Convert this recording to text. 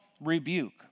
rebuke